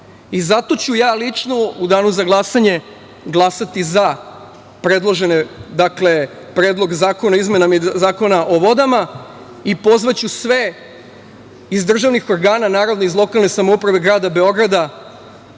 ću ja lično u danu za glasanje glasati za Predlog zakona o izmenama Zakona o vodama i pozvaću sve iz državnih organa, naravno, iz lokalne samouprave grada Beograda,